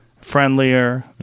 friendlier